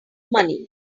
money